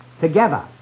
together